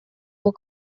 will